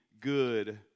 good